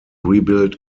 rebuild